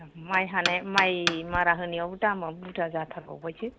माइ हानाय माइ मारा होनायावबो दामा बुरजा जाथारबावबायसो